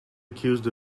accused